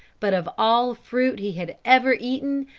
but of all fruit he had ever eaten,